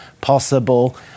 possible